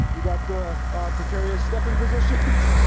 you've got the precarious stepping positions